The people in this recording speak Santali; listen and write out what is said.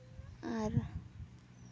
ᱟᱨ